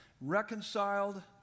reconciled